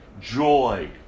joy